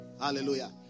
Hallelujah